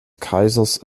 kaisers